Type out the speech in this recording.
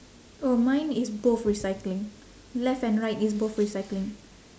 oh mine is both recycling left and right it's both recycling